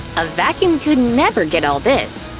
a vacuum could never get all this!